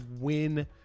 win